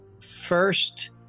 first